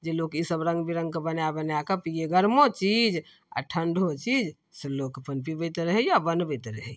जे लोक ईसब रङ्गबिरङ्गके बना बनाकऽ पिए गरमो चीज आओर ठण्डो चीज से लोक अपन पिबैत रहैए बनबैत रहैए